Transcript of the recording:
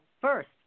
first